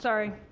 sorry.